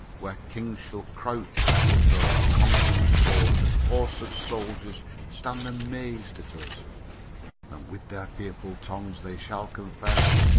where kings shall crouch unto our conquering swords, and hosts of soldiers stand amaz'd at us, when with their fearful tongues they shall confess,